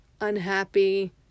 unhappy